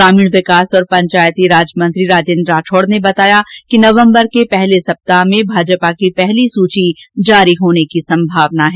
ग्रामीण विकास और पंचायती राज मंत्री राजेंद्र राठौड ने बताया कि नवम्बर के पहले सप्ताह में भाजपा की पहली सूची जारी होने की संभावना है